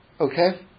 Okay